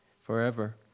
forever